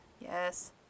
Yes